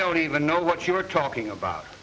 don't even know what you were talking about